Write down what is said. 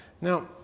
Now